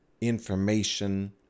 information